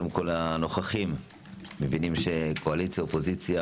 הנוכחים מבינים, קואליציה, אופוזיציה